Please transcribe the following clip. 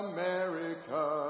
America